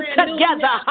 together